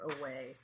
away